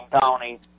Tony